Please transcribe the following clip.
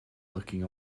looking